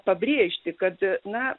pabrėžti kad na